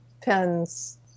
depends